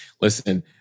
listen